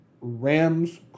Rams